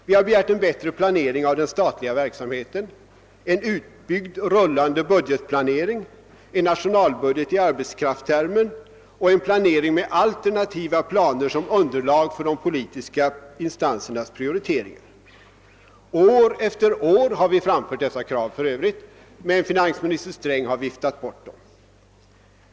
Vi har begärt en bättre planering av den statliga verksamheten, en utbyggd rullande budgetplanering, en nationalbudget i arbetskraftstermer och en planering med alternativa planer som un derlag för de politiska instansernas prioriteringar. Dessa krav har vi för övrigt fört fram år efter år, men finansminister Sträng har alltid viftat bort dem.